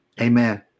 Amen